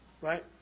Right